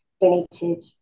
donated